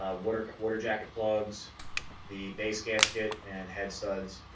ah water quarter jacket plugs the base gasket and head studs.